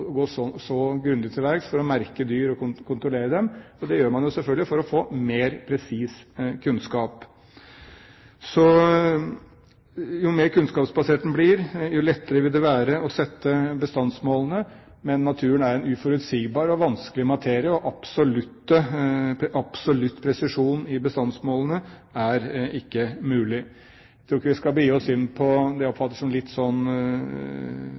få mer presis kunnskap. Jo mer kunnskapsbasert den blir, jo lettere vil det være å sette bestandsmålene. Men naturen er en uforutsigbar og vanskelig materie, og absolutt presisjon i bestandsmålene er ikke mulig. Jeg tror ikke vi skal begi oss inn på det jeg oppfatter som